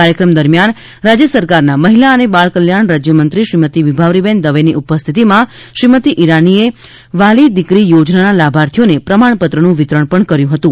કાર્યક્રમ દરમિયાન રાજ્ય સરકારના મહિલા અને બાળ કલ્યાણ રાજ્યમંત્રી શ્રીમતી વિભાવરીબેન દવેની ઉપસ્થિતિમાં શ્રીમતી ઈરાનીએ વ્હાલી દિકરી યોજનાના લાભાર્થીઓને પ્રમાણપત્રનું વિતરણ પણ કર્યુ હતું